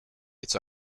its